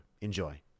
Enjoy